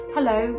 Hello